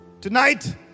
Tonight